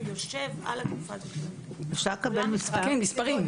אפשר לקבל מספרים?